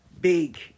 big